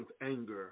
anger